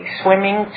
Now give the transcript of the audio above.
swimming